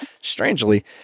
strangely